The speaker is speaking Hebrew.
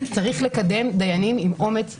צריך לקדם דיינים עם אומץ הלכתי,